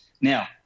Now